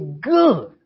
good